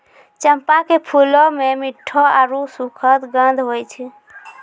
चंपा के फूलो मे मिठ्ठो आरु सुखद गंध होय छै